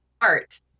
art